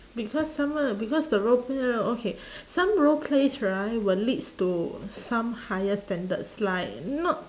because someone because the role play lah okay some roleplays right will leads to some higher standards like not